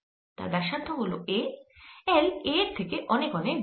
তার ব্যাসার্ধ হল a L a এর থেকে অনেক অনেক বড়